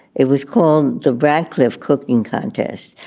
it was called the radcliffe cooking contest.